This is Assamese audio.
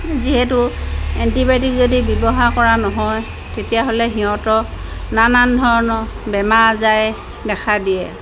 যিহেতু এণ্টিবায়'টিক যদি ব্যৱহাৰ কৰা নহয় তেতিয়াহ'লে সিহঁতৰ নানান ধৰণৰ বেমাৰ আজাৰে দেখা দিয়ে